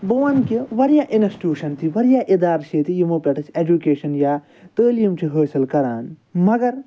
بہٕ وَنہٕ کہِ واریاہ انسٹوٗشَن چھِ واریاہ اِدارٕ چھِ ییٚتہِ یِمو پٮ۪ٹھ أسۍ ایٚجُکیشَن یا تٲلیٖم چھِ حٲصل کران مگر